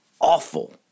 Awful